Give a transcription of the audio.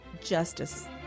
justice